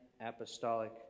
apostolic